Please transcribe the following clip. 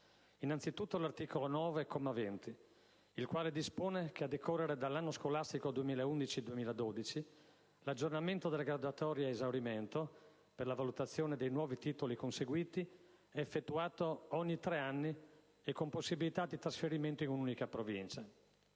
di cui all'articolo 9, comma 20, il quale dispone che a decorrere dall'anno scolastico 2011-2012 l'aggiornamento delle graduatorie ad esaurimento, per la valutazione dei nuovi titoli conseguiti, è effettuato ogni 3 anni e con possibilità di trasferimento in un'unica provincia.